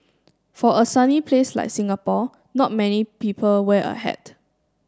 for a sunny place like Singapore not many people wear a hat